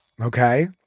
okay